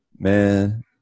Man